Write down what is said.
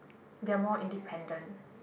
they are more independent